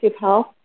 health